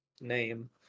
name